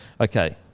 okay